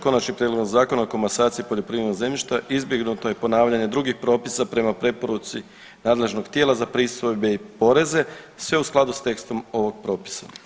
Konačnim prijedlogom Zakona o komasaciji poljoprivrednog zemljišta izbjegnuto je ponavljanje drugih propisa prema preporuci nadležnog tijela za pristojbe i poreze, sve u skladu s tekstom ovog propisa.